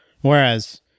Whereas